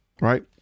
right